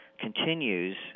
continues